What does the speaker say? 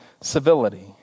civility